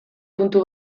puntu